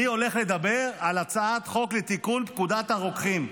אני הולך לדבר על הצעת חוק לתיקון פקודת הרוקחים.